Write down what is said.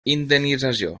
indemnització